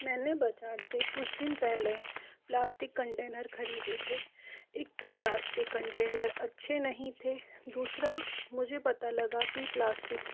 मैंने बाज़ार से कुछ दिन पहले प्लास्टिक कंटेनर खरीदे थे एक तो प्लास्टिक कंटेनर अच्छे नहीं थे दूसरा मुझे पता लगा कि प्लास्टिक